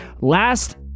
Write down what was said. Last